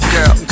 Girl